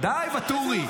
די, ואטורי.